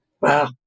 Wow